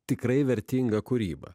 tikrai vertinga kūryba